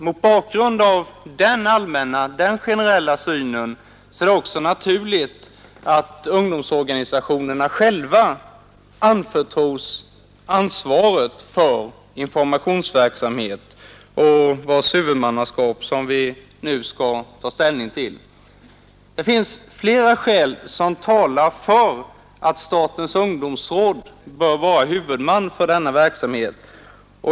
Mot bakgrund av den generella synen är det också naturligt att Torsdagen den ungdomsorganisationerna själva anförtros ansvaret för informationsverk 25 maj 1972 samheten vars huvudmannaskap vi nu skall ta ställning till. RR Det finns flera skäl som talar för att statens ungdomsråd bör vara Mellanöl huvudman för denna verksamhet.